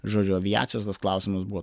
žodžiu aviacijos tas klausimas buvo